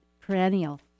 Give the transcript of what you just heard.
perennial